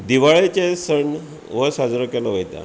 दिवाळेचे सण हो साजरो केलो वयता